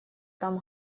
там